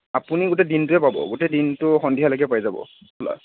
আপুনি গোটেই দিনটোৱে পাব গোটেই দিনটো সন্ধিয়ালৈকে পাই যাব